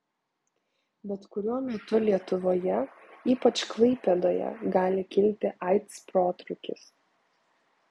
bet kuriuo metu lietuvoje ypač klaipėdoje gali kilti aids protrūkis